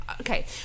okay